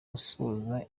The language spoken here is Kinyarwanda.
gusoza